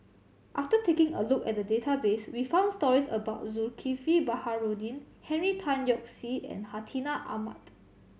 after taking a look at the database we found stories about Zulkifli Baharudin Henry Tan Yoke See and Hartinah Ahmad